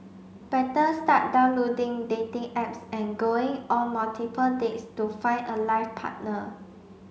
better start downloading dating apps and going on multiple dates to find a life partner